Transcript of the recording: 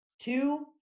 Two